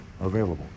available